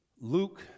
Luke